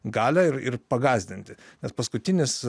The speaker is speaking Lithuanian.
galią ir ir pagąsdinti nes paskutinis